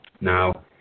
Now